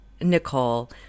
Nicole